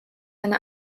eine